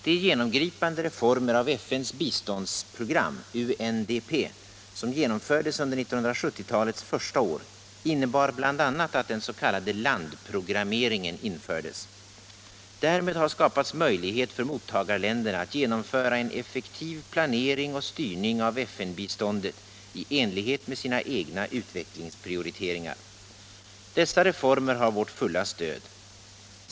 De genomgripande reformer av FN:s biståndsprogram, UNDP, som genomfördes under 1970-talets första år innebär bl.a. att den s.k. landprogrammeringen infördes. Därmed har skapats möjlighet för mottagarländerna att genomföra en effektiv planering och styrning av FN-biståndet i enlighet med sina egna utvecklingsprioriteringar. Dessa reformer har vårt fulla stöd.